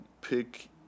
pick